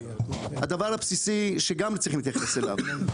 הדבר הבסיסי שגם צריכים להתייחס אליו,